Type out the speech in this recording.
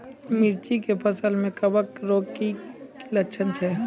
मिर्ची के फसल मे कवक रोग के की लक्छण छै?